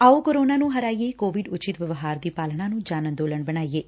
ਆਓ ਕੋਰੋਨਾ ਨੂੰ ਹਰਾਈਏ ਕੋਵਿਡ ਉਚਿਤ ਵਿਵਹਾਰ ਦੀ ਪਾਲਣਾ ਨੂੰ ਜਨ ਅੰਦੋਲਨ ਬਣਾਈਏਂ